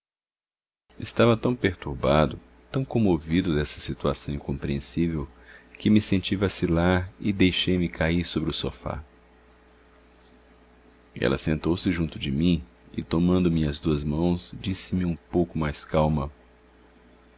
estava tão perturbado tão comovido dessa situação incompreensível que me senti vacilar e deixei-me cair sobre o sofá ela sentou-se junto de mim e tomando me as duas mãos disse-me um pouco mais calma